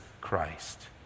Christ